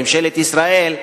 ממשלת ישראל,